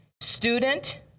student